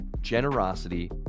generosity